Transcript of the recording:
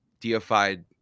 deified